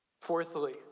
Fourthly